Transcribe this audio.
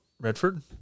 Redford